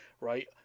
right